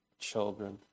Children